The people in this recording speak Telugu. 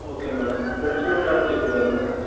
ఓకే మేడమ్ ఫ్రెండ్స్ కూడా ఉన్నారని చెప్పారు కదా మేడమ్